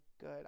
good